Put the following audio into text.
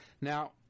Now